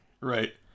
Right